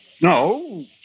No